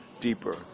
deeper